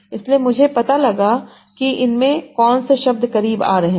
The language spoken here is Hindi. इसलिए मुझे पता लगा कि इसमें कौन से शब्द करीब आ रहे हैं